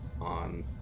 on